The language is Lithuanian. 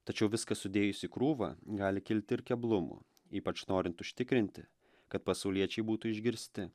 tačiau viską sudėjus į krūvą gali kilti ir keblumų ypač norint užtikrinti kad pasauliečiai būtų išgirsti